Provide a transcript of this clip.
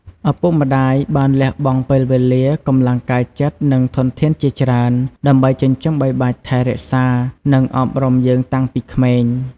ឪពុកម្ដាយបានលះបង់ពេលវេលា កម្លាំងកាយចិត្ត និងធនធានជាច្រើន ដើម្បីចិញ្ចឹមបីបាច់ថែរក្សា និងអប់រំយើងតាំងពីក្មេង។